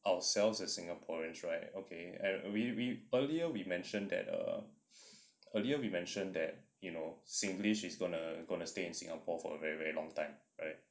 ourselves as singaporeans right okay and we we earlier we mentioned that earlier you mentioned that you know singlish is gonna gonna stay in singapore for a very very long time right